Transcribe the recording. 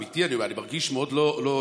אמיתי, אני מרגיש מאוד לא,